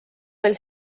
meil